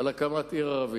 הוחלט על הקמת עיר ערבית.